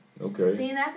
Okay